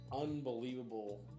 unbelievable